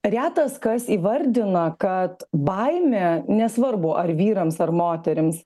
retas kas įvardina kad baimė nesvarbu ar vyrams ar moterims